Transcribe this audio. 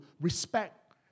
respect